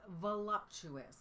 voluptuous